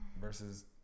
versus